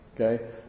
Okay